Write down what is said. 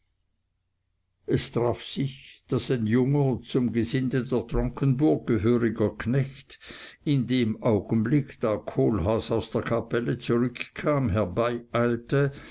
es traf sich daß ein junger zum gesinde der tronkenburg gehöriger knecht in dem augenblick da kohlhaas aus der kapelle zurückkam